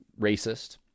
racist